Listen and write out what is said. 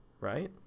right